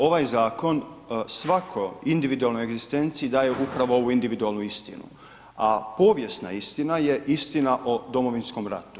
Ovaj zakon svakoj individualnoj egzistenciji daje upravo ovu individualnu istinu, a povijesna istina je istina o Domovinskom ratu.